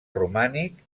romànic